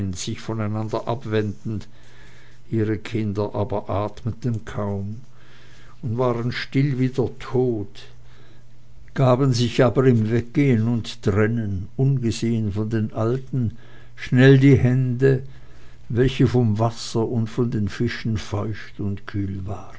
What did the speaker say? sich voneinander abwendend ihre kinder aber atmeten kaum und waren still wie der tod gaben sich aber im wegwenden und trennen ungesehen von den alten schnell die hände welche vom wasser und von den fischen feucht und kühl waren